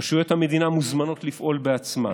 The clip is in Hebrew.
רשויות המדינה מוזמנות לפעול בעצמן